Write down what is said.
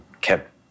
kept